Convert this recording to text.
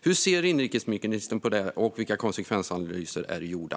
Hur ser inrikesministern på detta, och vilka konsekvensanalyser är gjorda?